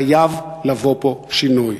חייב לבוא פה שינוי.